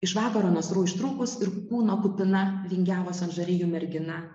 iš vakaro nasrų ištrūkus ir kūno kupina vingiavos ant žarijų mergina